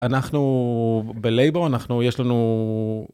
אנחנו בלייבור, אנחנו, יש לנו...